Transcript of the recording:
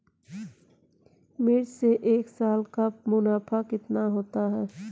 मिर्च से एक साल का मुनाफा कितना होता है?